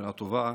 שנה טובה,